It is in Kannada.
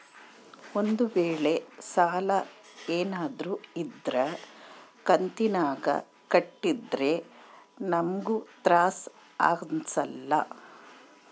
ಒಂದ್ವೇಳೆ ಸಾಲ ಏನಾದ್ರೂ ಇದ್ರ ಕಂತಿನಾಗ ಕಟ್ಟಿದ್ರೆ ನಮ್ಗೂ ತ್ರಾಸ್ ಅಂಸಲ್ಲ